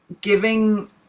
giving